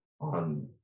on